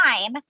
time